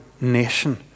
nation